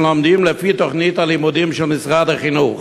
שלומדים לפי תוכנית הלימודים של משרד החינוך.